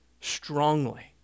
strongly